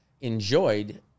enjoyed